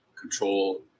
control